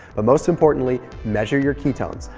but most importantly, measure your ketones,